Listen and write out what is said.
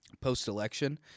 post-election